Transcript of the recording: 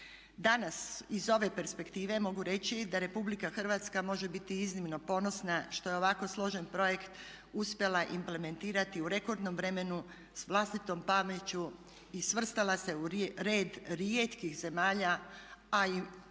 Danas iz ove perspektive mogu reći da RH može biti iznimno ponosna što je ovako složen projekt uspjela implementirati u rekordnom vremenu s vlastitom pameću i svrstala se u red rijetkih zemalja, a i